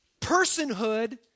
personhood